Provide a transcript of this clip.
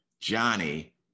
Johnny